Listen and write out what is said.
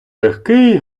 легкий